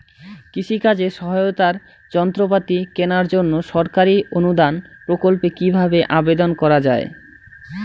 কৃষি কাজে সহায়তার যন্ত্রপাতি কেনার জন্য সরকারি অনুদান প্রকল্পে কীভাবে আবেদন করা য়ায়?